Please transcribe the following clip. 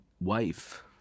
wife